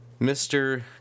Mr